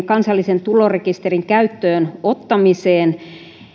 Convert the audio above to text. kansallisen tulorekisterin käyttöönottamiseen